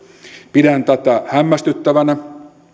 pidän tätä hämmästyttävänä